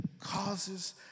causes